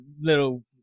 little